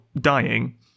dying